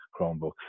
Chromebooks